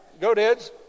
Goatheads